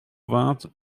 vingt